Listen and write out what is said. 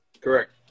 Correct